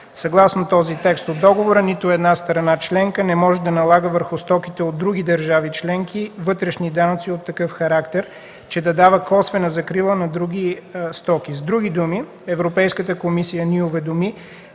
Съгласно този текст от Договора нито една страна членка не може да налага върху стоките от други държави членки вътрешни данъци от такъв характер, че да дава косвена закрила на други стоки. С други думи, Европейската комисия ни уведоми,